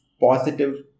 positive